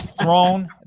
thrown